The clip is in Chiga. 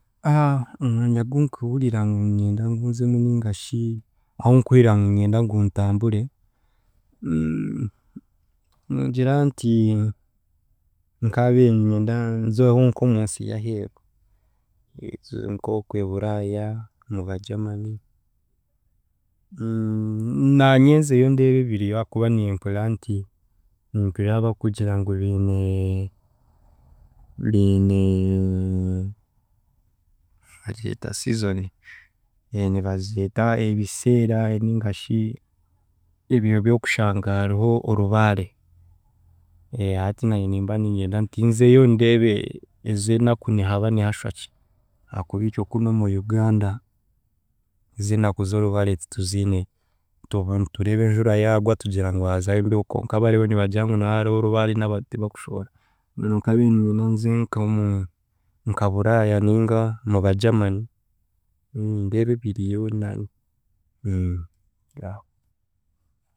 omwanya gunkuhurira ngu niinyenda nzemu ningasha ahunkuhurira ngu niinyenda ngu ntambure ningira nti nkaabiire niinyenda nzeho nk'omunsi y’aheeru nk'okwe Buraya muba Germany naanye nzeyo ndeebe ebiriyo ahakuba nimpurira nti nimpurira bakugira ngu biine biine baragyeta season nibagyeta ebiseera ningashi ebiro by’okushanga hariho orubaare hati naanye nimba niinyenda nti nzeyo ndeebe ez'enaku nihaba nihashwaki ahakuba itwe kunu omu Uganda ez'enaku z'orubare tituziineyo itwe nitureba enjura yagwa tugira nguhazaho embeho konka baribo nibagira ngu niha hariho orubare n'abantu tibakushohora, mbwenu nkaabiire niinyenda nze nk’omu nka Buraaya ningashi omu ba Germany ndeebe ebiriyo naanye.